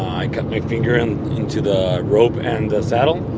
i caught my finger into the rope and the saddle.